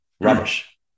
rubbish